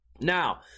Now